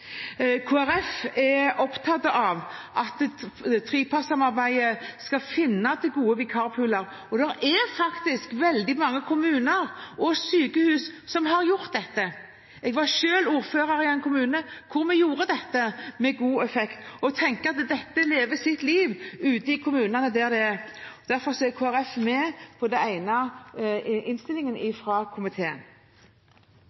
er opptatt av at trepartssamarbeidet skal finne fram til gode vikarpooler, og det er faktisk veldig mange kommuner og sykehus som har gjort dette. Jeg var selv ordfører i en kommune hvor vi gjorde dette, med god effekt, og tenker at dette lever sitt liv ute i kommunene. Derfor er Kristelig Folkeparti med på